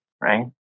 right